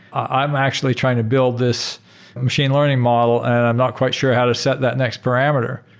i'm actually trying to build this machine learning model and i'm not quite sure how to set that next parameter,